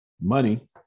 Money